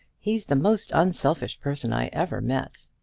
he's the most unselfish person i ever met.